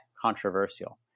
controversial